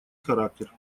характер